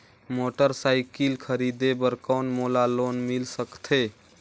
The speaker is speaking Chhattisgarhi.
मोटरसाइकिल खरीदे बर कौन मोला लोन मिल सकथे?